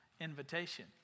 invitation